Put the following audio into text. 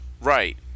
Right